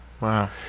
Wow